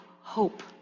hope